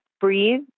breathe